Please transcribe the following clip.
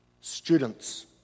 Students